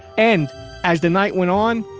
and as the night went on,